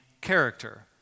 character